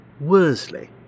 Worsley